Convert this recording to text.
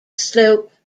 slope